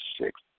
six